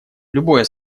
любое